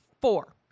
four